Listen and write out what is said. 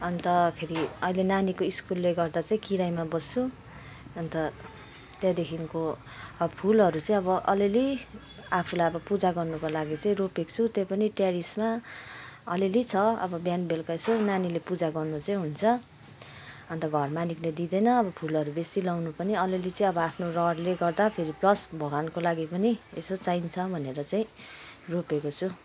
अन्तखेरि अहिले नानीको स्कुलले गर्दा चाहिँ किरायमा बस्छु अन्त त्यहाँदेखिको फुलहरू चाहिँ अब अलिलि आफूलाई अब पूजा गर्नुको लागि चाहिँ रोपेको छु त्यही पनि टेरिसमा अलिलि छ अब बिहान बेलुकी यसो नानीले पूजा गर्नु चाहिँ हुन्छ अन्त घर मलिकले दिँदैन अब फुलहरू बेसी लाउनु पनि अलिलि चाहिँ अब आफ्नो रहरले गर्दा फेरि प्लस भगवान्को लागि पनि चाहिँ एसो चाहिन्छ भनेर चाहिँ रोपेको छु